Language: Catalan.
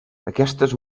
aquestes